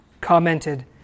commented